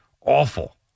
Awful